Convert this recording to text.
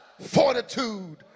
fortitude